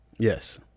Yes